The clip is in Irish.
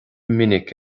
minic